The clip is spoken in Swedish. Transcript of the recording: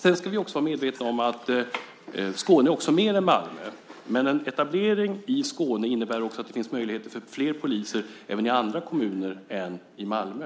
Sedan ska vi också vara medvetna om att Skåne är mer än Malmö, men en etablering i Skåne innebär också att det finns möjligheter för fler poliser även i andra kommuner än Malmö.